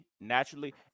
naturally